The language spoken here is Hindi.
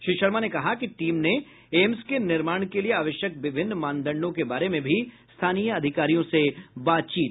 श्री शर्मा ने कहा कि टीम ने एम्स के निर्माण के लिये आवश्यक विभिन्न मानदंडों के बारे में भी स्थानीय अधिकारियों से बातचीत की